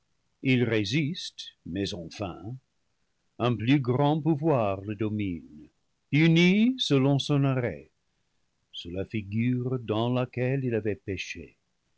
il résiste mais en vain un plus grand pouvoir le domine puni selon son arrêt sous la figure dans laquelle il avait péché